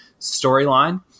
storyline